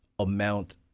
amount